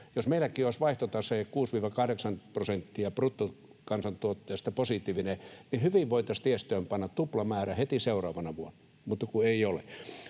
Jos meilläkin olisi vaihtotase 6–8 prosenttia bruttokansantuotteesta positiivinen, niin hyvin voitaisiin tiestöön panna tuplamäärä heti seuraavana vuonna, mutta kun ei ole.